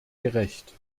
gerecht